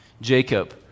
Jacob